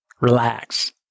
relax